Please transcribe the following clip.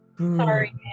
Sorry